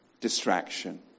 distraction